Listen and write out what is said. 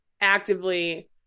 actively